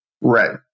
Right